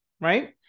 right